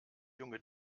junge